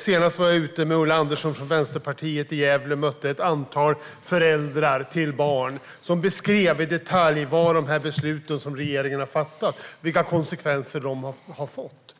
Senast var jag med Ulla Andersson från Vänsterpartiet i Gävle och mötte ett antal föräldrar som i detalj beskrev vilka konsekvenser som regeringens beslut har fått.